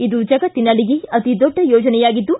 ಇದು ಜಗತ್ತಿನಲ್ಲಿಯೇ ಅತೀ ದೊಡ್ಡ ಯೋಜನೆಯಾಗಿದ್ದು